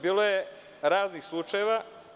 Bilo je raznih slučajeva.